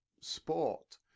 sport